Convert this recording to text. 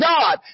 God